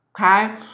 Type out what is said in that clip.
Okay